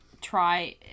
try